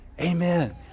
Amen